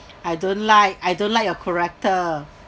I don't like I don't like your character